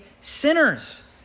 sinners